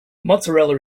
mozzarella